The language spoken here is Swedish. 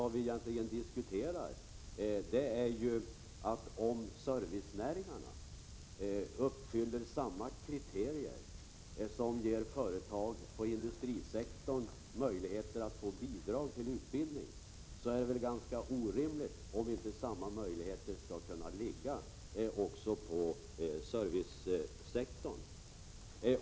Vad vi egentligen diskuterar är att om servicenäringarna uppfyller samma kriterier som ger företag på industrisektorn möjligheter att få bidrag till utbildning, är det ganska orimligt att inte samma möjligheter ges också inom servicesektorn.